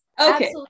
Okay